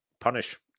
punish